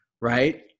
right